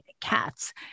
cats